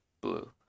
blue